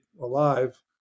alive